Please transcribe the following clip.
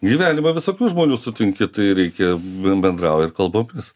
gyvenime visokių žmonių sutinki tai reikia ben bendrauji ir kalbomis